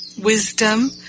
wisdom